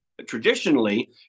traditionally